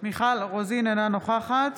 אינה נוכחת